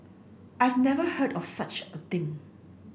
I've never heard of such a thing